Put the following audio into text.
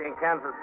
Kansas